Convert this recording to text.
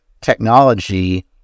technology